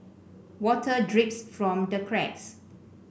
water drips from the cracks